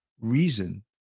reason